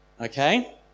Okay